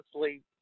sleep